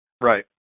Right